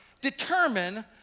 determine